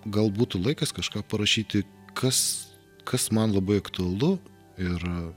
gal būtų laikas kažką parašyti kas kas man labai aktualu ir